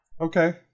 Okay